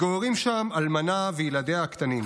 מתגוררים שם אלמנה וילדיה הקטנים.